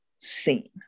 seen